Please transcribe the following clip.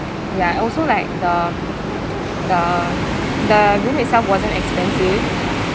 ya also like the the the room itself wasn't expensive